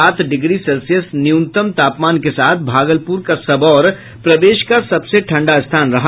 सात degree Celsius न्यूनतम तापमान के साथ भागलपुर का सबौर प्रदेश का सबसे ठंडा स्थान रहा